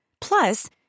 Plus